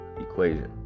equation